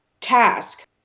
task